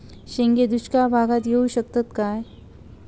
शेंगे दुष्काळ भागाक येऊ शकतत काय?